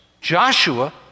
Joshua